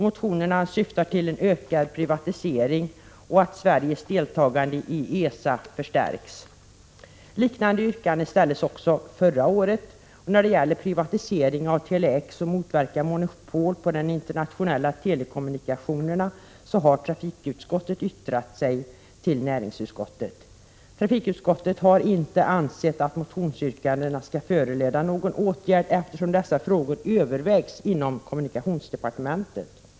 Motionerna syftar till en ökad privatisering och till att Sveriges deltagande i ESA förstärks. Liknande yrkanden ställdes också förra året. När det gäller kraven på privatisering av Tele-X-projektet och åtgärder för att motverka monopol på internationella telekommunikationer har trafikutskottet yttrat sig till näringsutskottet. Trafikutskottet har inte ansett att motionsyrkandena skall föranleda några åtgärder, eftersom dessa frågor övervägs inom kommunikationsdepartementet.